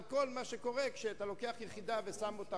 על כל מה שקורה כשאתה לוקח יחידה ושם אותה